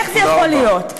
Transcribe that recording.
איך זה יכול להיות?